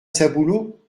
saboulot